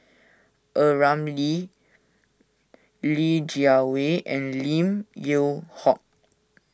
A Ramli Li Jiawei and Lim Yew Hock